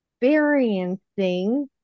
experiencing